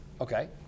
Okay